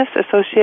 associate